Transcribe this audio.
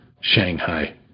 Shanghai